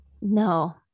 no